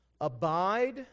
Abide